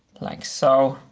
like so.